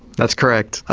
that's correct. ah